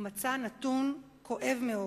ומצא נתון כואב מאוד: